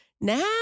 Now